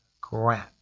Grant